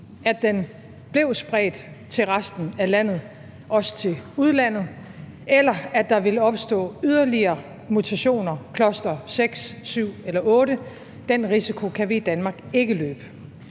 at den blev spredt til resten af landet, også til udlandet, eller at der ville opstå yderligere mutationer, cluster-6, -7 eller -8. Den risiko kan vi i Danmark ikke løbe.